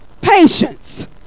patience